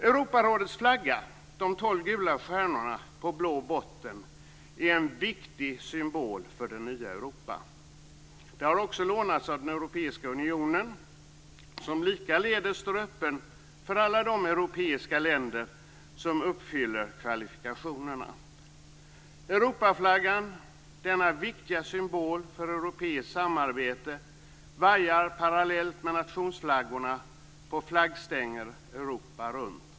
Europarådets flagga - de tolv gula stjärnorna på blå botten - är en viktig symbol för det nya Europa. Den har också lånats av den europeiska unionen, som likaledes står öppen för alla de europeiska länder som uppfyller kvalifikationerna. Europaflaggan - denna viktiga symbol för europeiskt samarbete - vajar parallellt med nationsflaggorna på flaggstänger Europa runt.